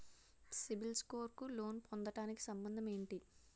CIBIL score కు loan పొందటానికి సంబంధం ఏంటి?